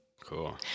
Cool